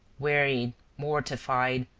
wearied, mortified,